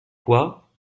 quoi